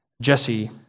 Jesse